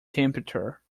temperature